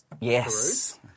Yes